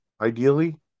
Ideally